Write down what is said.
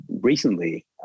recently